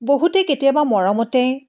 বহুতে কেতিয়াবা মৰমতে